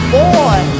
boy